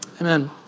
Amen